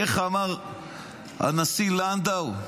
איך אמר הנשיא לנדאו,